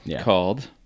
called